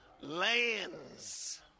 lands